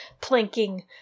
planking